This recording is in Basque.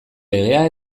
legea